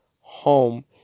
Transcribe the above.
home